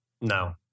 No